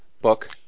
Book